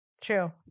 True